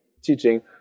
teaching